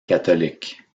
catholique